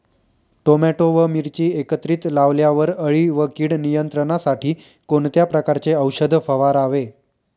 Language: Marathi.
टोमॅटो व मिरची एकत्रित लावल्यावर अळी व कीड नियंत्रणासाठी कोणत्या प्रकारचे औषध फवारावे?